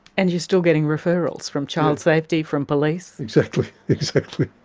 and you're still getting referrals from child safety, from police. exactly, exactly,